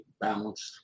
balanced